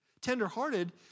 Tender-hearted